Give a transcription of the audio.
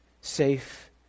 safe